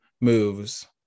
moves